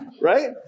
right